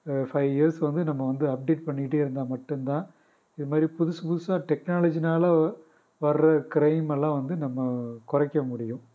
five years வந்து நம்ம வந்து அப்டேட் பண்ணிகிட்டே இருந்தால் மட்டும் தான் இது மாதிரி புதுசு புதுசாக டெக்னாலஜினால் வர க்ரைமெலாம் வந்து நம்ம குறைக்க முடியும்